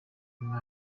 nyuma